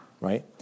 right